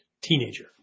Teenager